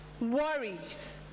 worries